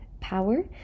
power